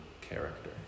character